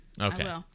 Okay